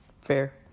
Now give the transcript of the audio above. Fair